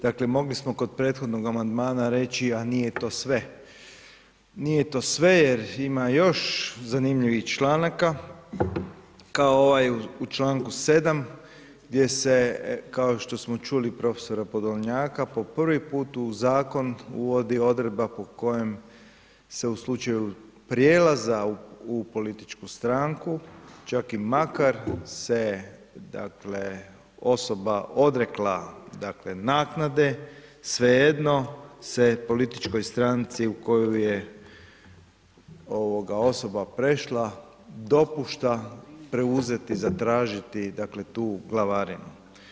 Dakle, mogli smo kod prethodnog amandmana reći, a nije to sve, nije to sve jer ima još zanimljivih članaka, kao ovaj u članku 7. gdje se kao što smo čuli prof. Podolnjaka po prvi put u zakon uvodi odredba po kojem se u slučaju prijelaza u političku stranku, čak i makar se dakle osoba odrekla dakle naknade, svejedno se političkoj stranici u koju je ovoga osoba prešla dopušta preuzeti zatražiti dakle tu glavarinu.